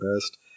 best